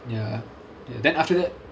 ya then after that